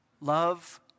Love